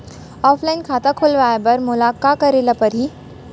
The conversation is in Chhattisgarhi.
ऑफलाइन खाता खोलवाय बर मोला का करे ल परही?